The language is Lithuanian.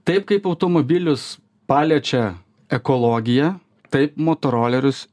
taip kaip automobilius paliečia ekologija tai motorolerius